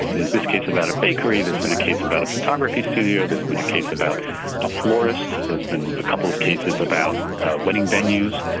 there's this case about a bakery, there's been a case about a photography studio, there's been a case about a florist, there's been a couple of cases about wedding venues.